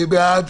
מי בעד?